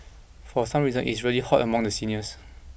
for some reason is really hot among the seniors